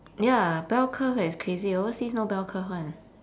ya bell curve that's crazy overseas no bell curve [one]